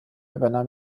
übernahm